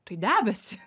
tai debesį